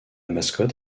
mascotte